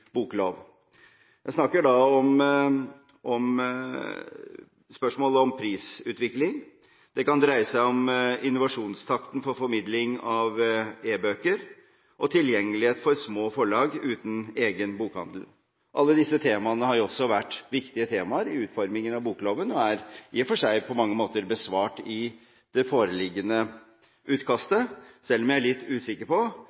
boklov. Jeg snakker da om spørsmålet om prisutvikling, om innovasjonstakten for formidling av e-bøker og tilgjengeligheten for små forlag uten egen bokhandel. Alle disse temaene har også vært viktige temaer i utformingen av bokloven og er i og for seg på mange måter besvart i det foreliggende utkastet, selv om jeg er litt usikker på